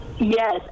Yes